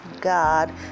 God